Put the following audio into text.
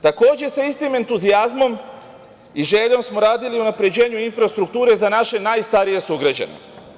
Takođe, sa istim entuzijazmom i željom smo radili na unapređenju infrastrukture za naše najstarije sugrađane.